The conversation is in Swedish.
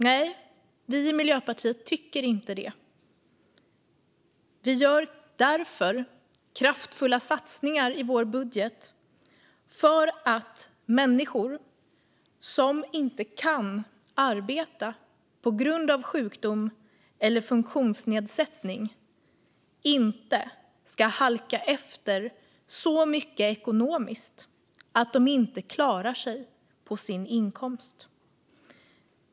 Nej, vi i Miljöpartiet tycker inte det. Vi gör därför kraftfulla satsningar i vår budget för att människor som inte kan arbeta på grund av sjukdom eller funktionsnedsättning inte ska halka efter så mycket ekonomiskt att de inte klarar sig på sin inkomst.